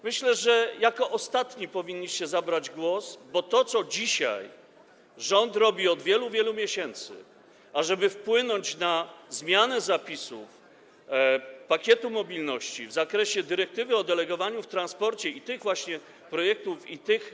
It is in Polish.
Myślę, że jako ostatni powinniście zabierać głos, bo to, co robi rząd od wielu, wielu miesięcy, ażeby wpłynąć na zmianę zapisów pakietu mobilności w zakresie dyrektywy o delegowaniu w transporcie i na te projekty.